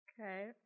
Okay